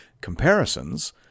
comparisons